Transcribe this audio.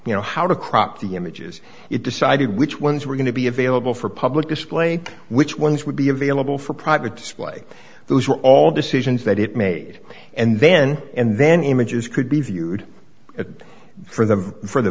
you know how to crop the images it decided which ones were going to be available for public display which ones would be available for private display those were all decisions that it made and then and then images could be viewed it for them for the